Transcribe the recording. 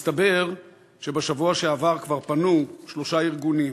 מסתבר שבשבוע שעבר כבר פנו שלושה ארגונים,